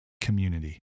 community